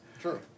Sure